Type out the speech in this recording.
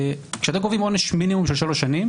כשאתם קובעים עונש מינימום של שלוש שנים,